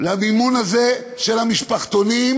למימון הזה של המשפחתונים,